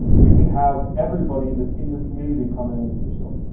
you can have everybody that's in your community come and edit your silk,